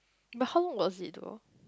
but how long was it tour